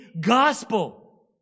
gospel